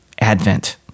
Advent